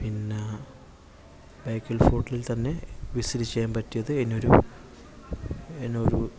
പിന്നെ ബേക്കൽ ഫോർട്ടിൽ തന്നെ വിസിറ്റ് ചെയ്യാൻ പറ്റിയത് പിന്നൊരു